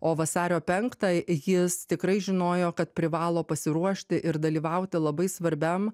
o vasario penktą jis tikrai žinojo kad privalo pasiruošti ir dalyvauti labai svarbiam